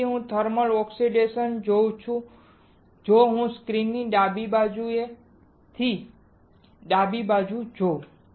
તેથી હું thermal oxidation પર શું જોઉં છું જો હું સ્ક્રીનની ડાબી બાજુ સ્ક્રીનની ડાબી બાજુ જોઉં